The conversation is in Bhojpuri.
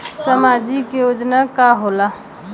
सामाजिक योजना का होला?